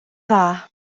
dda